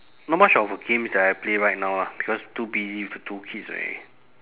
not much of a games that I play right now ah because too busy with the two kids already